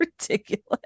ridiculous